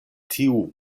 tiu